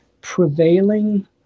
prevailing